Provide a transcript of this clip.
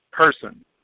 person